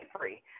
free